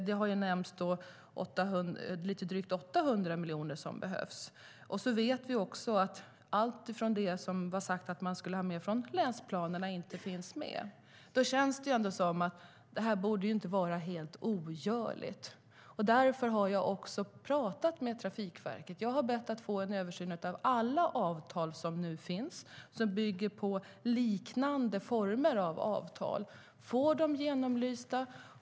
Det har nämnts att lite drygt 800 miljoner behövs. Vi vet att allt som man har sagt skulle finnas med från länsplanerna inte finns med. Det känns som att detta inte borde vara helt ogörligt. Jag har därför pratat med Trafikverket och bett att få en översyn av alla avtal som nu finns och som bygger på liknande former av avtal, för att få dem genomlysta.